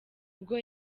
bwo